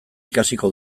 ikasiko